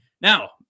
Now